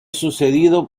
sucedido